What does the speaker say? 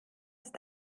ist